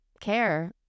care